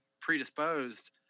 predisposed